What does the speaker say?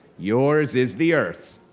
yours is the earth,